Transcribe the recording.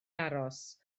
aros